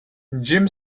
jim